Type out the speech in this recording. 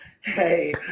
Hey